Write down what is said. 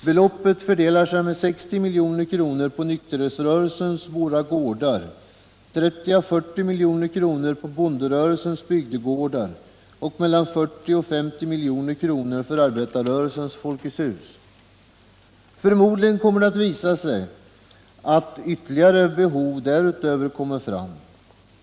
Beloppet fördelar sig med 60 milj.kr. på nykterhetsrörelsens Våra gårdar, 30-40 milj.kr. på bonderörelsens bygdegårdar och 40-50 milj.kr. på arbetarrörelsens Folkets hus. Förmodligen kommer det att visa sig att ytterligare behov finns.